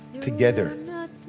together